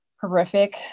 horrific